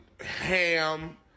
ham